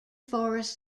forest